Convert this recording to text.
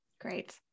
Great